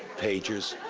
pagers.